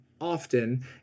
often